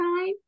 time